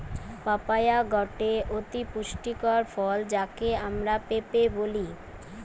papaya গটে অতি পুষ্টিকর ফল যাকে আমরা পেঁপে বলি